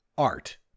art